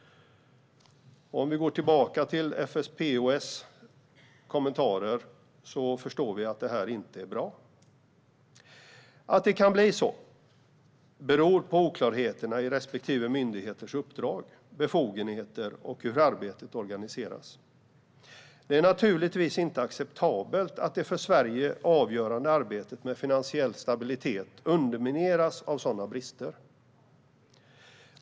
Om man läser FSPOS kommentarer förstår man att detta inte är bra. Att det kan bli så beror på oklarheterna i respektive myndighets uppdrag, befogenheter och hur arbetet organiseras. Det är naturligtvis inte acceptabelt att det för Sverige avgörande arbetet med finansiell stabilitet undermineras av sådana brister.